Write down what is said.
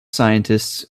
scientists